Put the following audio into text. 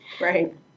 Right